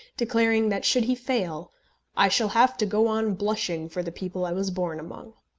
declaring that should he fail i shall have to go on blushing for the people i was born among.